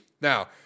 now